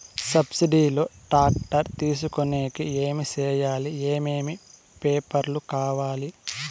Subsidy లో tractor తీసుకొనేకి ఏమి చేయాలి? ఏమేమి పేపర్లు కావాలి?